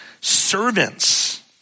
Servants